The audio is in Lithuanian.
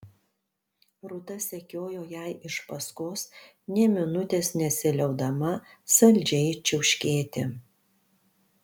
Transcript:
rūta sekiojo jai iš paskos nė minutės nesiliaudama saldžiai čiauškėti